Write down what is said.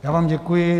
Já vám děkuji.